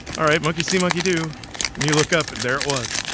all right, monkey see monkey do and you look up and there it was